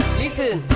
listen